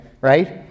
Right